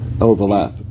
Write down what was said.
overlap